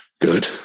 good